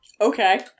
Okay